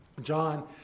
John